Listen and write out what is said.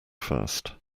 first